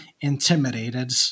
intimidated